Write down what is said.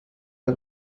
der